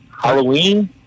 Halloween